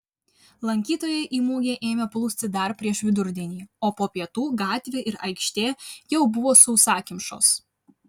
lankytojai į mugę ėmė plūsti dar prieš vidurdienį o po pietų gatvė ir aikštė jau buvo sausakimšos